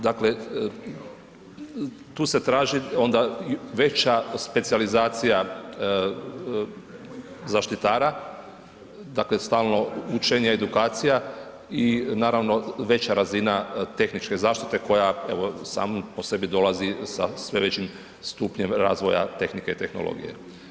Dakle, tu se traži onda veća specijalizacija zaštitara, dakle stalno učenje, edukacije i naravno veća razina tehničke zaštite koja evo, sama po sebi dolazi sa sve većim stupnjem razvoja tehnike i tehnologije.